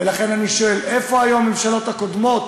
ולכן אני שואל: איפה היו הממשלות הקודמות,